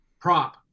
prop